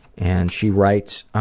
and she writes,